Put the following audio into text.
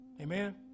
Amen